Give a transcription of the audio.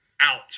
Out